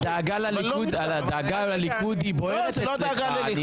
אני רואה שהדאגה לליכוד בוערת אצלך.